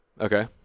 Okay